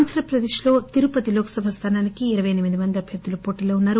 ఆంధ్రప్రదేశ్ కు తిరుపతి లోక్ సభ స్థానానికి ఇరవై ఎనిమిది మంది అభ్యర్థులు పోటీలో ఉన్నారు